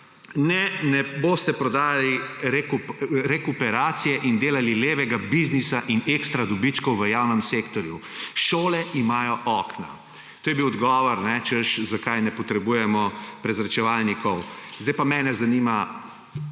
»Ne, ne boste prodajali rekuperacije in delali levega biznisa in ekstra dobičkov v javnem sektorju. Šole imajo okna«. To je bil odgovor, češ, zakaj ne potrebujemo prezračevalnikov. Zdaj pa mene glede